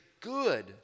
good